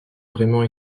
vraiment